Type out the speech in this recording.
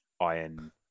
iron